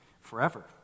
forever